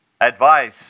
advice